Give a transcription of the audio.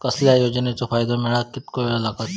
कसल्याय योजनेचो फायदो मेळाक कितको वेळ लागत?